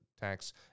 tax